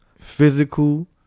physical